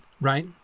right